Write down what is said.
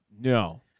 no